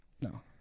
no